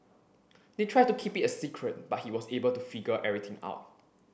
they tried to keep it a secret but he was able to figure everything out